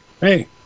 Hey